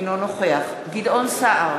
אינו נוכח גדעון סער,